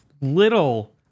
little